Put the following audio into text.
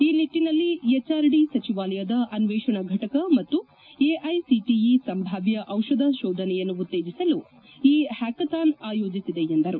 ಆ ನಿಟ್ಟನಲ್ಲಿ H RD ಸಚಿವಾಲಯದ ಅನ್ವೇಷಣಾ ಘಟಕ ಮತ್ತು ಎಐಸಿಟಿಇ ಸಂಭಾವ್ಯ ಉತ್ತೇಜಿಸಲು ಈ ಹ್ಯಾಕಥಾನ್ ಆಯೋಜಿಸಿದೆ ಎಂದರು